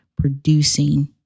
producing